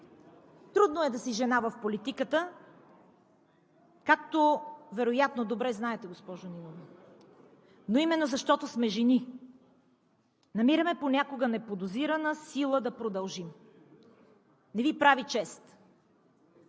Трудно е да си жена в политиката, както вероятно добре знаете, госпожо Нинова, но именно защото сме жени, намираме понякога неподозирана сила да продължим. Не Ви прави чест